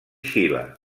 xile